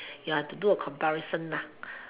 ya to do a comparison lah